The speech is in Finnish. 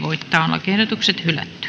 lakiehdotukset